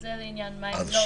זה לעניין מים לא זורמים.